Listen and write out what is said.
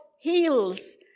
heals